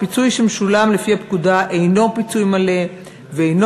הפיצוי שמשולם לפי הפקודה אינו פיצוי מלא ואינו